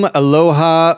aloha